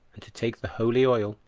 and to take the holy oil,